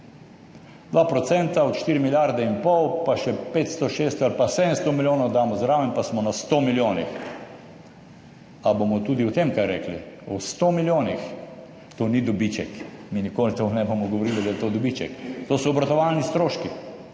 2 % od 4 milijarde in pol, pa še 500, 600 ali pa 700 milijonov damo zraven pa smo na 100 milijonih. Ali bomo tudi o tem kaj rekli? O 100 milijonih. To ni dobiček. Mi nikoli ne bomo govorili, da je to dobiček. To so obratovalni stroški,